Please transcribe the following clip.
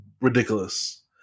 ridiculous